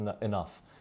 enough